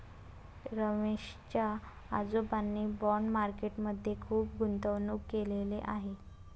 रमेश च्या आजोबांनी bond market मध्ये खुप गुंतवणूक केलेले आहे